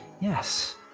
Yes